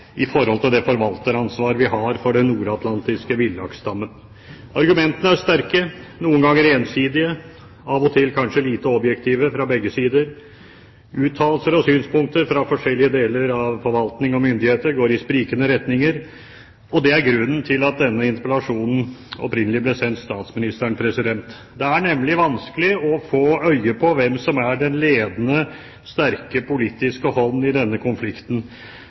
i forhold til det forvalteransvar vi har for den nordatlantiske villaksstammen. Argumentene er sterke, noen ganger ensidige, av og til kanskje lite objektive fra begge sider. Uttalelser og synspunkter fra forskjellige deler av forvaltning og myndigheter går i sprikende retninger og det er grunnen til at denne interpellasjonen ble sendt til statsministeren. Det er nemlig vanskelig å få øye på hvem som er den ledende, sterke politiske hånd i denne konflikten.